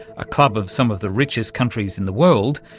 a club of some of the richest countries in the world,